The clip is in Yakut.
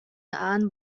аан